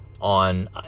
on